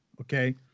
Okay